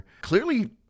Clearly